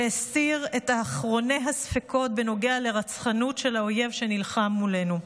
שהסיר את אחרוני הספקות בנוגע לרצחנות של האויב שנלחם מולנו.